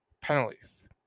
penalties